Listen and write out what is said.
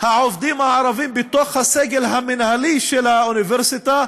העובדים הערבים בתוך הסגל המינהלי של האוניברסיטה,